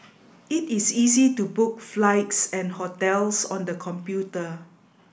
it is easy to book flights and hotels on the computer